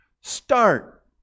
Start